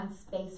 space